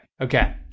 Okay